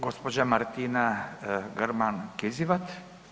Gospođa Martina Grman Kizivat.